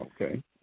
Okay